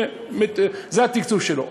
זה התקצוב שלו.